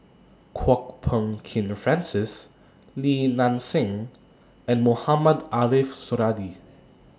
Kwok Peng Kin Francis Li Nanxing and Mohamed Ariff Suradi